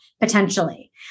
potentially